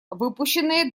выпущенные